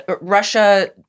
Russia